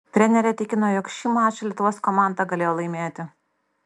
trenerė tikino jog šį mačą lietuvos komanda galėjo laimėti